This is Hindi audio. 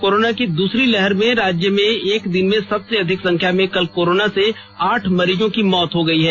कोरोना की दूसरी लहर में राज्य में एक दिन में सबसे अधिक संख्या में कल कोरोना से आठ मरीज की मौत हुई हैं